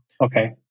Okay